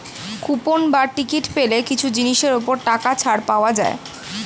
coupon বা ticket পেলে কিছু জিনিসের ওপর টাকা ছাড় পাওয়া যায়